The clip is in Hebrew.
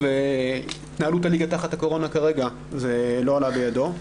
עקב התנהלות הליגה תחת הקורונה כרגע זה לא עלה בידו.